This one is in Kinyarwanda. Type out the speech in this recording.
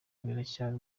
biracyari